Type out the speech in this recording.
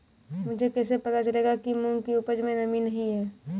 मुझे कैसे पता चलेगा कि मूंग की उपज में नमी नहीं है?